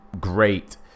great